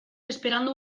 esperando